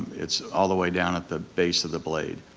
it's all the way down at the base of the blade.